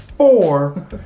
Four